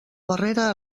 barrera